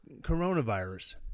coronavirus